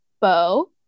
Bo